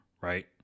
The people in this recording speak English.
right